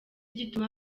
gituma